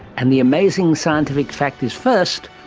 and the amazing scientific fact is, first,